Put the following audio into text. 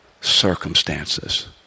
circumstances